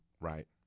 Right